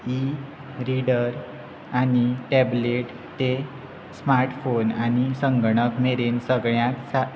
E reader आनी tablet ते smart phone आनी संगणक मेरेन सगळ्याक